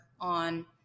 on